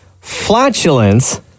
flatulence